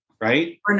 right